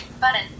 Button